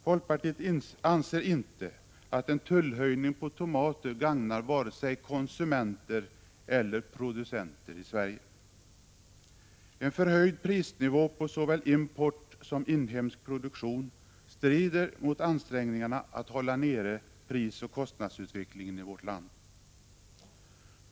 Folkpartiet anser inte att en höjning av tullen på tomater gagnar vare sig konsumenter eller producenter i Sverige. En förhöjd prisnivå på såväl import som inhemsk produktion strider mot ansträngningarna att hålla nere prisoch kostnadsutvecklingen i vårt land.